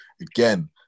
again